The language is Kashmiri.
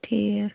ٹھیٖک